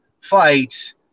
fight